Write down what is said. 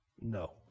No